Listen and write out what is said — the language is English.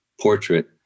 portrait